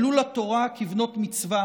עלו לתורה כבנות מצווה